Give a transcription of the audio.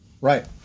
Right